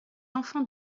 enfant